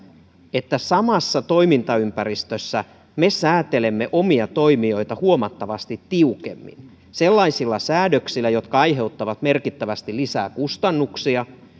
että samassa toimintaympäristössä me säätelemme omia toimijoitamme huomattavasti tiukemmin sellaisilla säädöksillä jotka aiheuttavat merkittävästi lisää kustannuksia